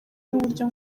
n’uburyo